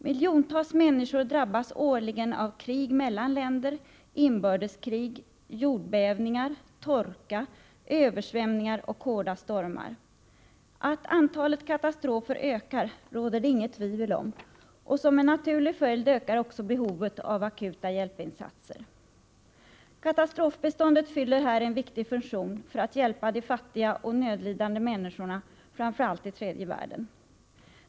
Miljontals människor drabbas årligen av krig mellan länder, inbördeskrig, jordbävningar, torka, översvämningar och hårda stormar. Att antalet katastrofer ökar råder det inget tvivel om, och som en naturlig följd ökar också behovet av akuta hjälpinsatser. Katastrofbiståndet fyller här en viktig funktion för att hjälpa de fattiga och nödlidande människorna framför allt i tredje världen.